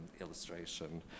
illustration